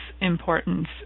importance